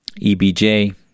EBJ